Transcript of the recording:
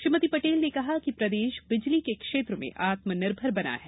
श्रीमती पटेल ने कहा कि प्रदेश बिजली के क्षेत्र में आत्मनिर्भर बना है